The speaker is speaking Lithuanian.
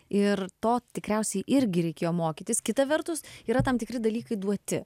ir to tikriausiai irgi reikėjo mokytis kita vertus yra tam tikri dalykai duoti